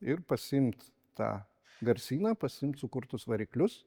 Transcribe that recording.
ir pasiimt tą garsyną pasiimt sukurtus variklius